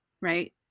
right